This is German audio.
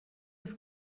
das